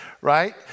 right